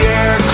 air